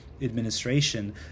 administration